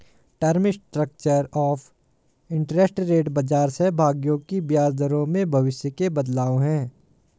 term structure of interest rate बाजार सहभागियों की ब्याज दरों में भविष्य के बदलाव है